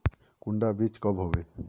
कुंडा बीज कब होबे?